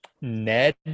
ned